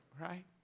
right